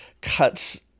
cuts